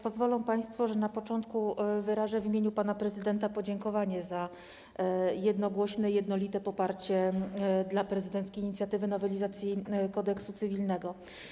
Pozwolą państwo, że na początku wyrażę w imieniu pana prezydenta podziękowanie za jednogłośne, jednolite poparcie dla prezydenckiej inicjatywy nowelizacji Kodeksu cywilnego.